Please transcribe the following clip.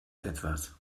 etwas